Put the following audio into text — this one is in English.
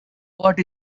what